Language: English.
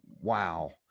Wow